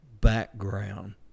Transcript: background